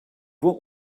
what